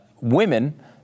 women